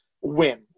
win